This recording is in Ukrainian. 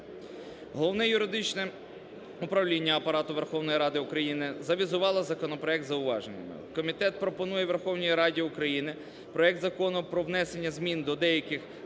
Верховної Ради України завізувало законопроект з зауваженнями. Комітет пропонує Верховній Раді України проект Закону про внесення змін до деяких